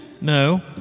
No